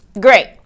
great